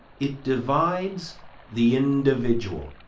it divides the individual,